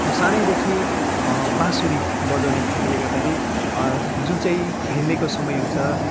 सानैदेखि बाँसुरी बजौउने भएकोले गर्दाखेरि जुन चाहिँ खेल्नेको समय हुन्छ